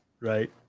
Right